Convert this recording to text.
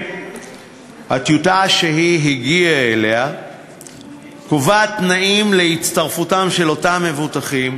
הטיוטה שהיא הגיעה אליה קובעת תנאים להצטרפותם של אותם מבוטחים,